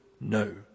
no